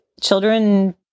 children